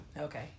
Okay